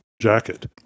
jacket